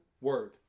word